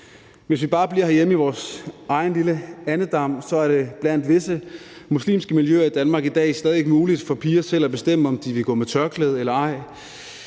Hvis vi bare bliver herhjemme i vores egen lille andedam, er det i visse muslimske miljøer i dag stadig ikke muligt for piger selv at bestemme, om de vil gå med tørklæde eller ej.